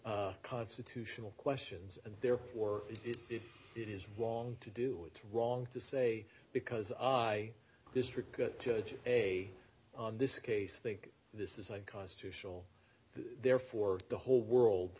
constitutional questions and therefore ready if it is wrong to do it's wrong to say because i district judge a on this case think this is a constitutional therefore the whole world